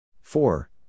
Four